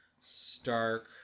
stark